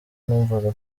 numvaga